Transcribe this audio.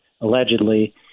allegedly